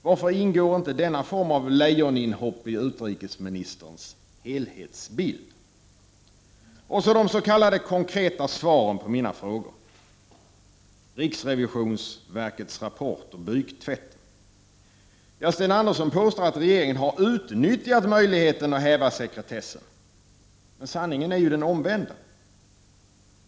Varför ingår inte denna form av ”Leijoninhopp” i utrikesministerns ”helhetsbild”? Så till de s.k. konkreta svaren på mina frågor: När det gäller riksrevisionsverkets rapport och ”byktvätten” påstår Sten Andersson att regeringen har utnyttjat möjligheten att häva sekretessen. Sanningen är ju den omvända.